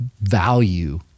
value